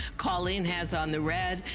colleen has on the red,